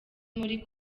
muri